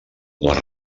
les